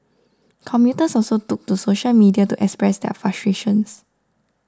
commuters also took to social media to express their frustration